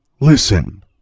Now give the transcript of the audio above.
Listen